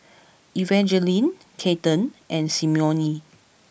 Evangeline Kaden and Simone